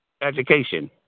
education